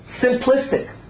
simplistic